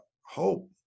hope